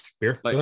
beer